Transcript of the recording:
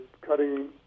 cutting